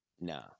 No